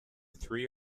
three